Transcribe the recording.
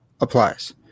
applies